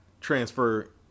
transfer